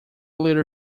little